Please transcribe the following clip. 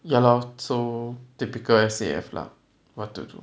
ya lor so typical S_A_F lah what to do